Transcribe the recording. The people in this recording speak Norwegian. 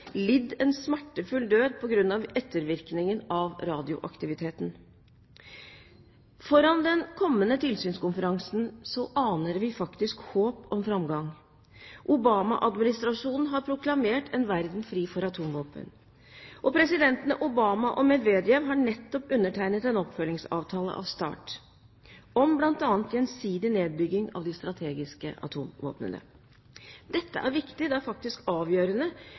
lidd en smertefull død på grunn av ettervirkninger av radioaktiviteten. Foran den kommende tilsynskonferansen aner vi faktisk håp om framgang. Obama-administrasjonen har proklamert en verden fri for atomvåpen. Presidentene Obama og Medvedev har nettopp undertegnet en oppfølgingsavtale til START, om bl.a. gjensidig nedbygging av de strategiske atomvåpnene. Dette er viktig. Det er faktisk avgjørende